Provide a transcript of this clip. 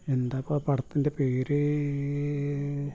എന്താപ്പാ പടത്തിൻ്റെ പേര്